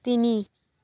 তিনি